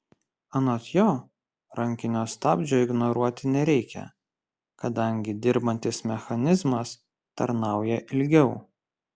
anot jo rankinio stabdžio ignoruoti nereikia kadangi dirbantis mechanizmas tarnauja ilgiau